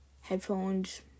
headphones